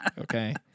Okay